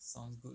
sounds good